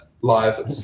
Live